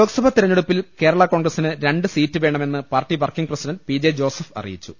ലോക്സഭ തെരഞ്ഞെടുപ്പിൽ കേരള കോൺഗ്രസിന് രണ്ടു സീറ്റ് വേണമെന്ന് പാർട്ടി working president P J Joseph അറിയിച്ചു